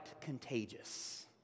contagious